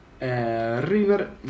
River